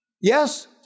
Yes